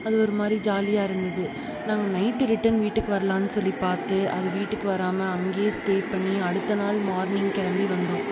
அது ஒரு மாதிரி ஜாலியாக இருந்துது நாங்கள் நைட்டு ரிட்டர்ன் வீட்டுக்கு வர்லான்னு சொல்லி பார்த்து அது வீட்டுக்கு வராமல் அங்கேயே ஸ்டே பண்ணி அடுத்த நாள் மார்னிங் கிளம்பி வந்தோம்